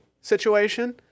situation